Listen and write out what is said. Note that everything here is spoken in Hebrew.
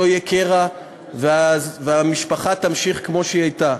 יהיה קרע והמשפחה תמשיך כמו שהיא הייתה,